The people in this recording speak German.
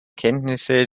kenntnisse